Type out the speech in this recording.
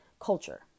culture